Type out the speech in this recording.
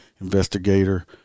Investigator